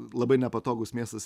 labai nepatogus miestas